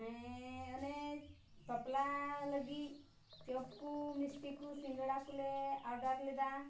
ᱦᱮᱸ ᱚᱱᱮ ᱵᱟᱯᱞᱟ ᱞᱟᱹᱜᱤᱫ ᱪᱚᱯ ᱠᱚ ᱢᱤᱥᱴᱤ ᱠᱚ ᱥᱤᱸᱜᱟᱹᱲᱟ ᱠᱚᱞᱮ ᱚᱰᱟᱨ ᱞᱮᱫᱟ